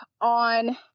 on